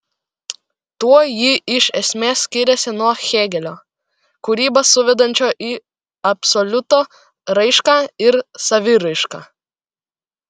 tuo ji iš esmės skiriasi nuo hėgelio kūrybą suvedančio į absoliuto raišką ir saviraišką